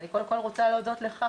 אני קודם כל רוצה להודות לך,